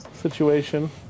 situation